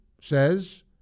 says